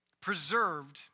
preserved